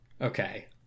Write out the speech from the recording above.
Okay